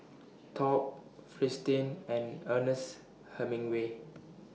Top Fristine and Ernest Hemingway